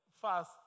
fast